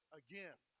again